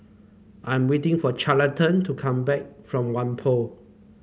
I am waiting for Carleton to come back from Whampoa